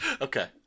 Okay